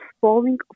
falling